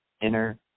inner